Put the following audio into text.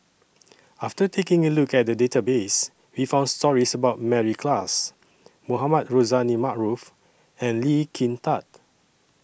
after taking A Look At The Database We found stories about Mary Klass Mohamed Rozani Maarof and Lee Kin Tat